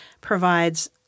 provides